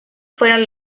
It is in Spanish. fueron